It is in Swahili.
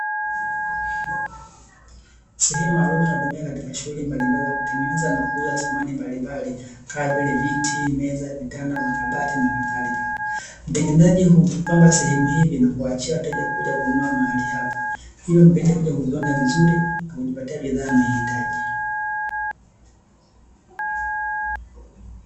Sehemu maalumu inayotumika katika shughuli mbalimbali za kutengeneza na kuuza samani mbalimbali, kama vile: viti, meza, vitanda, makabati na kadhalika. Mtengenezaji hupamba sehemu hivi ni kuwaachia wateja kuja kununua mahali hapa, hivyo mteja kuja kuviona vizuri na kujipatia bidhaa anayoihitaji.